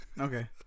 Okay